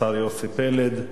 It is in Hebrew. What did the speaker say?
השר יוסי פלד,